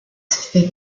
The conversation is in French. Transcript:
fait